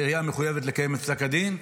העירייה מחויבת לקיים את פסק הדין.